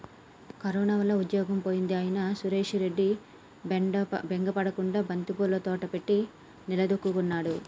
corona వల్ల ఉద్యోగం పోయింది అయినా సురేష్ రెడ్డి బెంగ పడకుండా బంతిపూల తోట పెట్టి నిలదొక్కుకున్నాడు